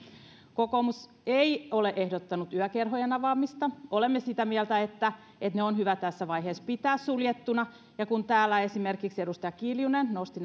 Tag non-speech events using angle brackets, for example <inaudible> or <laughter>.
kokoomus ei ole ehdottanut yökerhojen avaamista olemme sitä mieltä että että ne on hyvä tässä vaiheessa pitää suljettuina ja kun täällä esimerkiksi edustaja kiljunen nosti <unintelligible>